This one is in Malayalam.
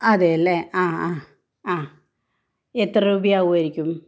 അതേലേ ആ ആ ആ എത്ര രൂപയാകുമായിരിക്കും